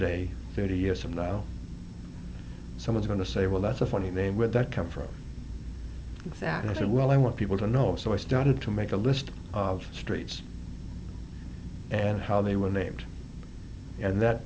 someday thirty years from now someone's going to say well that's a funny name with that come from that and i said well i want people to know so i started to make a list of streets and how they were named and that